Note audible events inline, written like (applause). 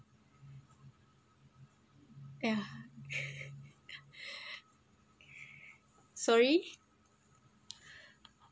yeah (laughs) sorry (breath)